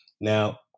Now